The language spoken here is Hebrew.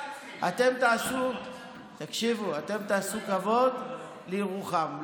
אתם תעשו כבוד לירוחם.